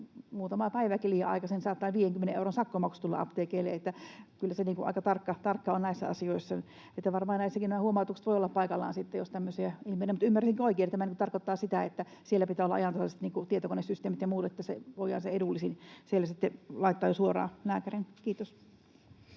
muutamaa päivääkin liian aikaisin, niin saattaa 50 euron sakkomaksu tulla apteekeille. Että kyllä se aika tarkkaa on näissä asioissa. Varmaan näissäkin nämä huomautukset voivat olla sitten paikallaan, jos tämmöisiä ilmenee. Mutta ymmärsinkö oikein, että tämä nyt tarkoittaa sitä, että siellä pitää olla ajantasaiset tietokonesysteemit ja muut, että voidaan sitten se edullisin laittaa jo suoraan lääkärillä? — Kiitos.